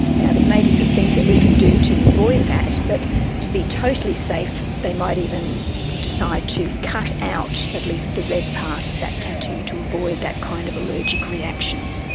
now, there may be some things that we can do to avoid that, but to be totally safe they might even decide to cut out at least the red part of that tattoo to avoid that kind of allergic reaction.